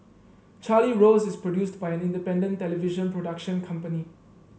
Charlie Rose is produced by an independent television production company